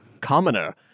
commoner